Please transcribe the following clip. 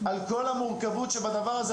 על כל המורכבות שבדבר הזה,